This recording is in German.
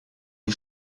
die